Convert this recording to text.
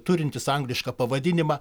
turintis anglišką pavadinimą